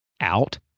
out